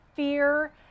Fear